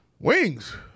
Wings